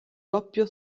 doppio